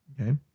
Okay